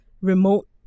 remote